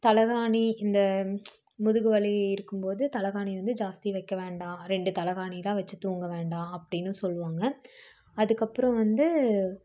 தலைகாணி இந்த முதுகு வலி இருக்கும்போது தலைகாணி வந்து ஜாஸ்தி வைக்க வேண்டாம் ரெண்டு தலைகாணிலாம் வச்சு தூங்க வேண்டாம் அப்படின்னு சொல்வாங்க அதுக்கப்புறோம் வந்து